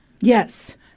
Yes